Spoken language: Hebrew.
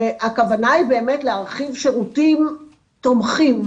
הכוונה היא באמת להרחיב שירותים תומכים